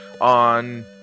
on